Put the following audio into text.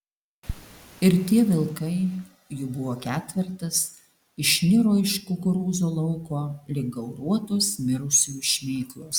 ir tie vilkai jų buvo ketvertas išniro iš kukurūzų lauko lyg gauruotos mirusiųjų šmėklos